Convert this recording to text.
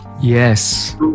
Yes